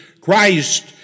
Christ